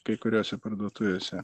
kai kuriose parduotuvėse